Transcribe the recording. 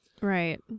Right